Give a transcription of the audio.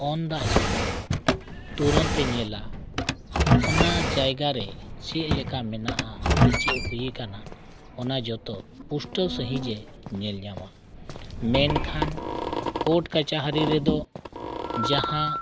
on the spot ᱛᱩᱨᱚᱱᱛᱮ ᱧᱮᱞᱟ ᱚᱱᱟ ᱡᱟᱭᱜᱟ ᱨᱮ ᱪᱮᱫ ᱞᱮᱠᱟ ᱢᱮᱱᱟᱜᱼᱟ ᱥᱮ ᱪᱮᱫ ᱦᱩᱭ ᱟᱠᱟᱱᱟ ᱚᱱᱟ ᱡᱷᱚᱛᱚ ᱯᱩᱥᱴᱟᱹᱣ ᱥᱟᱺᱦᱤᱡ ᱮ ᱧᱮᱞ ᱧᱟᱢᱟ ᱢᱮᱱᱠᱷᱟᱱ ᱠᱳᱴ ᱠᱟᱹᱪᱷᱟᱹᱨᱤ ᱨᱮᱫᱚ ᱡᱟᱦᱟᱸ